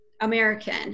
American